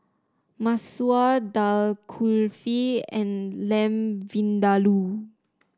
Masoor Dal Kulfi and Lamb Vindaloo